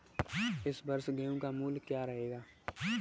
इस वर्ष गेहूँ का मूल्य क्या रहेगा?